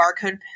barcode